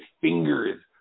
fingers